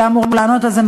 שהיה אמור לענות על זה,